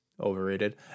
overrated